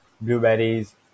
blueberries